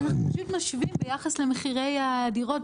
אנחנו משווים ביחס למחירי הדירות.